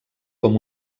com